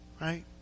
Right